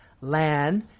land